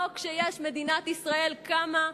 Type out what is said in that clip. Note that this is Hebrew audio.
לא כשמדינת ישראל קמה,